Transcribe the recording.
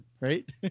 right